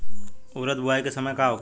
उरद बुआई के समय का होखेला?